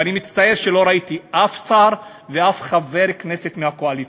ואני מצטער שלא ראיתי אף שר ואף חבר כנסת מהקואליציה,